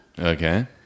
Okay